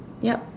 yup